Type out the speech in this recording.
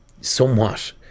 somewhat